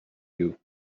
you